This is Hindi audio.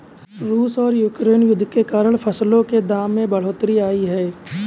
रूस और यूक्रेन युद्ध के कारण फसलों के दाम में बढ़ोतरी आई है